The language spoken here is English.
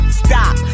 stop